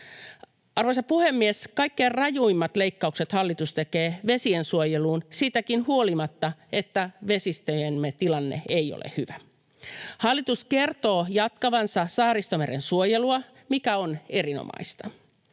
Arvoisa puhemies! Kaikkein rajuimmat leikkaukset hallitus tekee vesiensuojeluun siitäkin huolimatta, että vesistöjemme tilanne ei ole hyvä. Hallitus kertoo jatkavansa Saaristomeren suojelua, mikä on erinomaista.